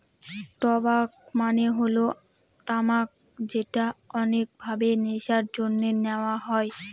টবাক মানে হল তামাক যেটা অনেক ভাবে নেশার জন্যে নেওয়া হয়